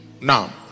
now